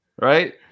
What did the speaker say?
right